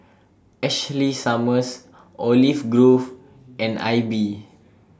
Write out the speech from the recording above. Ashley Summers Olive Grove and AIBI